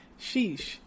Sheesh